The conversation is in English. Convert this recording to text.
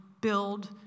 build